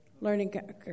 learning